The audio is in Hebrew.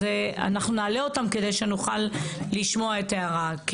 אז אנחנו נעלה אותם כדי שנוכל לשמוע את ההערה.